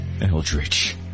Eldritch